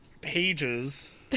pages